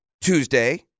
Tuesday